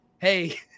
Hey